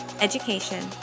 education